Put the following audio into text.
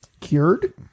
cured